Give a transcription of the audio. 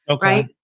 Right